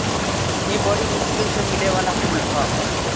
इ बरी मुश्किल से मिले वाला फूल ह